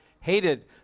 hated